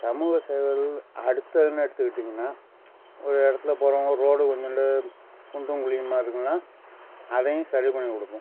சமூக சேவைகள் அடுத்து என்ன எடுத்துக்கிட்டிங்கன்னால் ஒரு இடத்துல போகிறோம் ஒரு ரோடு கொஞ்சோன்டு குண்டும் குழியுமா இருக்குன்னால் அதையும் சரி பண்ணிக் கொடுப்போம்